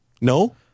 no